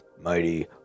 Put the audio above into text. mighty